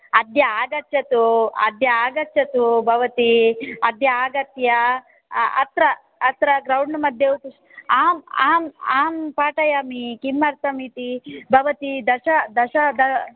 अद्य आगच्छतु अद्य आगच्छतु भवती अद्य आगत्य अत्र अत्र ग्रौण्ड् मद्ये आम् आम् आम् पाटयामि किमर्तमिति भवती दश दश द